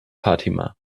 fatima